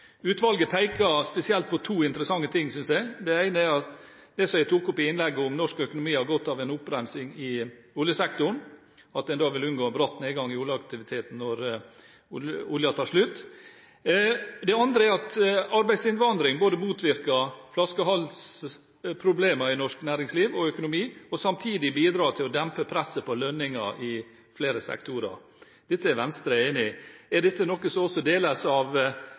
utvalget pekte spesielt på to interessante ting. Det ene er det jeg tok opp i innlegget – om at norsk økonomi har godt av en oppbremsing i oljesektoren, og at en da vil unngå en bratt nedgang i oljeaktiviteten når oljen tar slutt. Det andre er at arbeidsinnvandring motvirker flaskehalsproblemer i norsk næringsliv og økonomi, samtidig som det bidrar til å dempe presset på lønninger i flere sektorer. Dette er Venstre enig i. Er dette noe som også deles av